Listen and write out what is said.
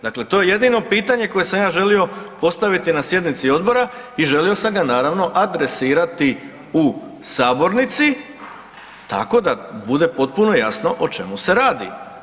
Dakle to je jedino pitanje koje sam ja želio postaviti na sjednici Odbora i želio sam ga naravno, adresirati u sabornici tako da bude potpuno jasno o čemu se radi.